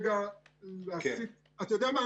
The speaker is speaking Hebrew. אתה יודע מה?